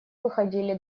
выходили